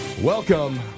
Welcome